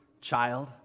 child